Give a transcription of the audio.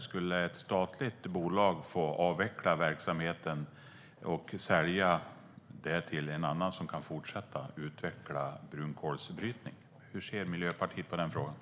Skulle ett statligt bolag få avveckla verksamheten och sälja till en annan som kan fortsätta utveckla brunkolsbrytning? Hur ser Miljöpartiet på den frågan?